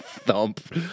Thump